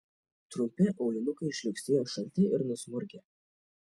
trumpi aulinukai žliugsėjo šalti ir nusmurgę